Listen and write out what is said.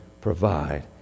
provide